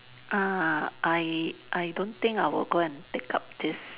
ah I I don't think I will go and take up this